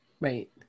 right